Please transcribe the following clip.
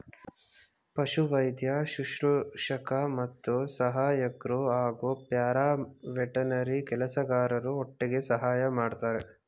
ಪಶುವೈದ್ಯ ಶುಶ್ರೂಷಕ ಮತ್ತು ಸಹಾಯಕ್ರು ಹಾಗೂ ಪ್ಯಾರಾವೆಟರ್ನರಿ ಕೆಲಸಗಾರರು ಒಟ್ಟಿಗೆ ಸಹಾಯ ಮಾಡ್ತರೆ